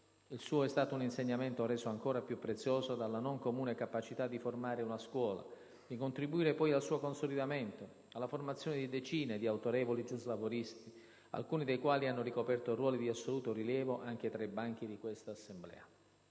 Il suo è stato un insegnamento reso ancor più prezioso dalla non comune capacità di formare una scuola, di contribuire poi al suo consolidamento, alla formazione di decine di autorevoli giuslavoristi, alcuni dei quali hanno ricoperto ruoli di assoluto rilievo anche tra i banchi di quest'Assemblea.